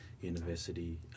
university